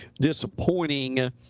disappointing